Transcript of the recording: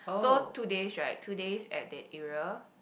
so two days right two days at that area